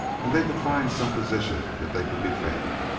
and they could find some position that they could defend.